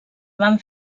van